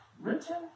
written